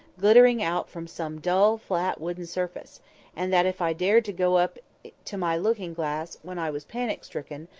glittering out from some dull, flat, wooden surface and that if i dared to go up to my looking-glass when i was panic stricken,